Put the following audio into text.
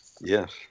Yes